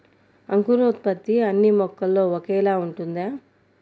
అంకురోత్పత్తి అన్నీ మొక్కల్లో ఒకేలా ఉంటుందా?